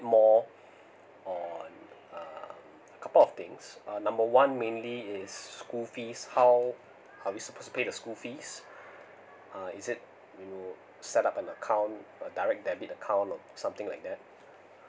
more on uh couple of things uh number one mainly is school fees how are we supposed to pay the school fees uh is it we'll set up an account a direct debit account or something like that